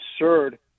absurd